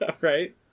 Right